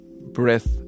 Breath